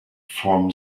from